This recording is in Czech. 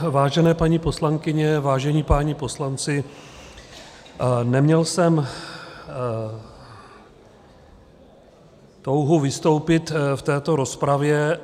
Vážené paní poslankyně, vážení páni poslanci, neměl jsem touhu vystoupit v této rozpravě.